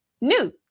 New